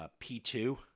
P2